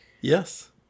Yes